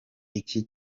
iki